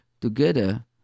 together